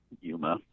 Yuma